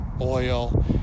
oil